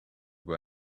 were